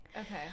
Okay